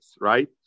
right